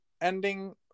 ending